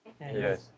Yes